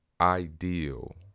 ideal